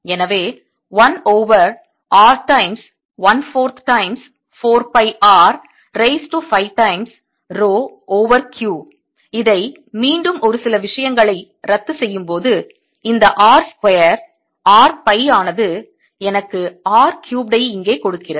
எனவே 1 over R times 1 4th times 4 pi R raise to 5 times rho over Q இதை மீண்டும் ஒரு சில விஷயங்களை ரத்து செய்யும்போது இந்த R ஸ்கொயர் R pi ஆனது எனக்கு R cubed ஐ இங்கே கொடுக்கிறது